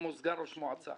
כמו סגן ראש מועצה.